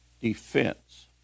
defense